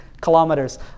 kilometers